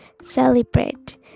celebrate